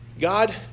God